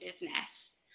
business